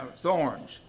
Thorns